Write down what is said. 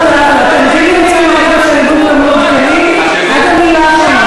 קצת לא מצא חן בעיני הדבר הזה שאת מתפלאת.